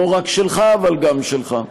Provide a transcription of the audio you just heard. לא רק שלך אבל גם שלך.